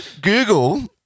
Google